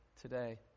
today